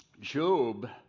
Job